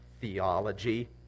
theology